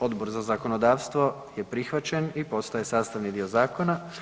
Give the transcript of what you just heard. Odbor za zakonodavstvo je prihvaćen i postaje sastavni dio zakona.